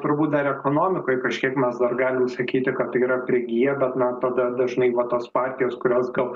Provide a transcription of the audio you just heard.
turbūt dar ekonomikoj kažkiek mes dar galim sakyti kad tai yra prigiję bet na tada dažnai va tos partijos kurios gal